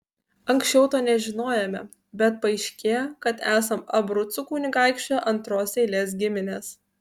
anksčiau to nežinojome bet paaiškėjo kad esam abrucų kunigaikščio antros eilės giminės